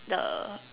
the